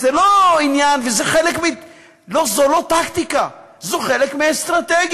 זה לא עניין, זו לא טקטיקה, זה חלק מאסטרטגיה.